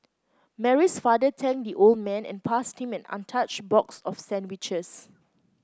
Mary's father thanked the old man and passed him an untouched box of sandwiches